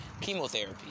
chemotherapy